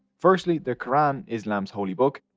firstly, the quran, islam's holy book,